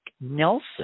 Nelson